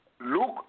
Look